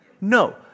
No